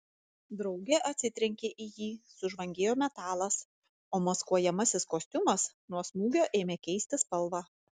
draugė atsitrenkė į jį sužvangėjo metalas o maskuojamasis kostiumas nuo smūgio ėmė keisti spalvą